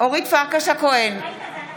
אורית פרקש הכהן, בעד אנדרי